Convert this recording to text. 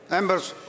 Members